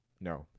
No